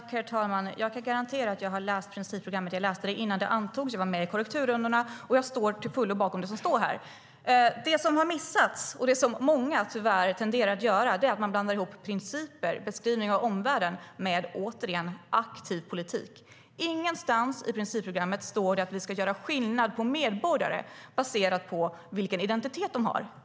Herr talman! Jag kan garantera att jag har läst principprogrammet. Jag har läst det innan det antogs, jag var med i korrekturrundorna och jag står till fullo bakom det som står där. Det finns något som har missats här. Det är något som många tyvärr tenderar att göra - man blandar ihop principer och beskrivningar av omvärlden med, återigen, aktiv politik. Ingenstans i principprogrammet står det att vi ska göra skillnad på medborgare baserat på vilken identitet de har.